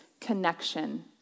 Connection